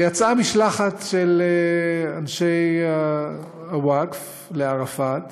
ויצאה משלחת של אנשי הווקף לערפאת